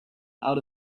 out